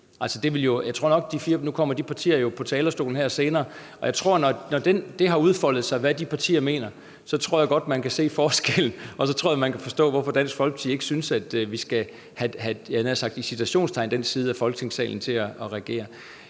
Nu kommer de partier jo på talerstolen her senere, og når det har udfoldet sig, hvad de partier mener, så tror jeg godt, man kan se forskellen. Og så tror jeg, man kan forstå, hvorfor Dansk Folkeparti ikke synes, at vi skal have – havde jeg nær sagt, i citationstegn – den side af Folketingssalen til at regere.